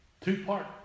two-part